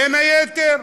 בין היתר,